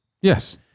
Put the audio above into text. Yes